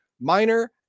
minor